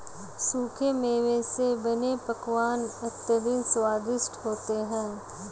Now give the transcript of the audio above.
सूखे मेवे से बने पकवान अत्यंत स्वादिष्ट होते हैं